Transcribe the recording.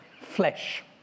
flesh